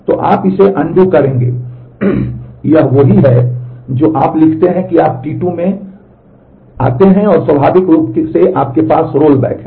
तो आप इसे अनडू करेंगे यह वही है जो आप लिखते हैं कि आप टी 2 में आते हैं और स्वाभाविक रूप से आपके पास रोलबैक है